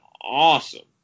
awesome